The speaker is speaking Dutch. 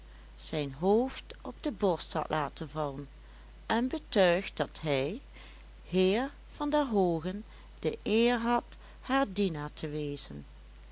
zijn hoofd op de borst had laten vallen en betuigd dat hij heer van der hoogen de eer had haar dienaar te wezen